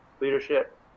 leadership